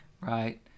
right